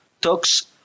talks